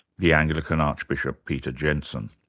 the anglican archbishop, peter jensen.